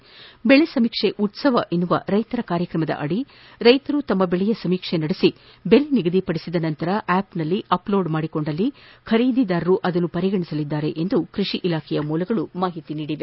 ದೆಳೆ ಸಮೀಕ್ಷೆ ಉತ್ಸವ ಎಂಬ ರೈತರ ಕಾರ್ಯಕ್ರಮದಡಿ ರೈತರು ತಮ್ಮ ಬೆಳೆಯ ಸಮೀಕ್ಷೆ ನಡೆಸಿ ಬೆಲೆ ನಿಗದಿಪಡಿಸಿದ ನಂತರ ಆ್ಯಪ್ನಲ್ಲಿ ಅಪ್ಲೋಡ್ ಮಾಡಿಕೊಂಡಲ್ಲಿ ಖರೀದಿದಾರರು ಅದನ್ನು ಪರಿಗಣಿಸಲಿದ್ದಾರೆ ಎಂದು ಕೃಷಿ ಇಲಾಖೆಯ ಮೂಲಗಳು ತಿಳಿಬವೆ